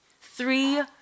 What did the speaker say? Three